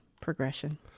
progression